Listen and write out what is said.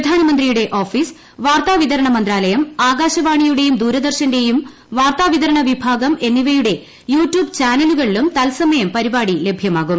പ്രധാനമന്ത്രിയുടെ ഓഫീസ് വാർത്താ വിതരണ മന്ത്രാലയം ആകാശവാണിയുടെയും ദൂരദർശന്റെയും വാർത്താ വിതരണ വിഭാഗം എന്നിവയുടെ യൂട്യൂബ് ചാനലുകളിലും തത്സമയം പരിപാടി ലഭൃമാകും